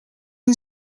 een